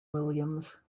williams